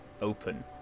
open